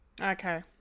Okay